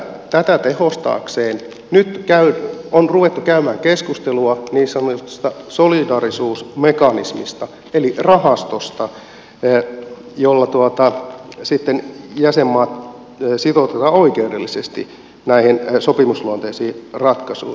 tätä tehostaakseen nyt on ruvettu käymään keskustelua niin sanotusta solidaarisuusmekanismista eli rahastosta jolla sitten jäsenmaat sitoutetaan oikeudellisesti näihin sopimusluonteisiin ratkaisuihin